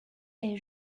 est